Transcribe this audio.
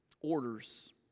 orders